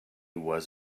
was